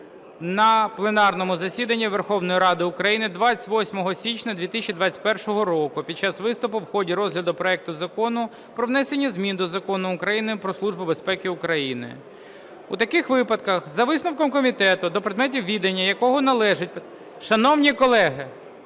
на пленарному засіданні Верховної Ради України 28 січня 2021 року під час виступу в ході розгляду проекту Закону про внесення змін до Закону України "Про Службу безпеки України". У таких випадках за висновком комітету, до предметів відання якого належить… (Шум у залі)